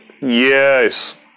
Yes